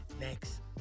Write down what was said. next